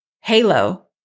halo